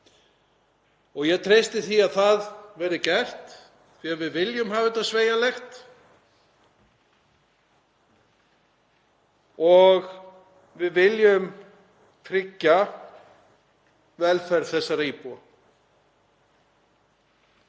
Ég treysti því að það verði gert því að við viljum hafa þetta sveigjanlegt og við viljum tryggja velferð þessara íbúa.